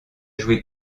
joué